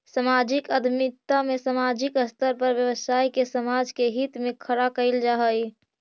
सामाजिक उद्यमिता में सामाजिक स्तर पर व्यवसाय के समाज के हित में खड़ा कईल जा हई